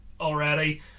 already